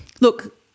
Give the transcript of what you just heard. Look